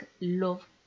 love